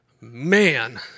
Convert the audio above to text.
man